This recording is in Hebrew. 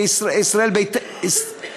ישראל ביתנו.